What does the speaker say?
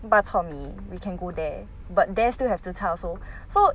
bak chor mee we can go there but there still have zi char also so